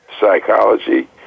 psychology